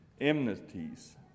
enmities